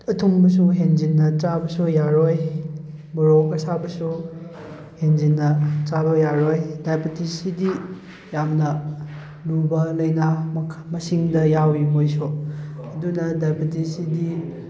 ꯑꯊꯨꯝꯕꯁꯨ ꯍꯦꯟꯖꯤꯟꯅ ꯆꯥꯕꯁꯨ ꯌꯥꯔꯣꯏ ꯃꯣꯔꯣꯛ ꯑꯁꯥꯕꯁꯨ ꯍꯦꯟꯖꯤꯟꯅ ꯆꯥꯕ ꯌꯥꯔꯣꯏ ꯗꯥꯏꯕꯤꯇꯤꯁꯁꯤꯗꯤ ꯌꯥꯝꯅ ꯂꯨꯕ ꯂꯩꯅꯥ ꯃꯁꯤꯡꯗ ꯌꯥꯎꯔꯤ ꯃꯣꯏꯁꯨ ꯑꯗꯨꯅ ꯗꯥꯏꯕꯤꯇꯤꯁꯁꯤꯗꯤ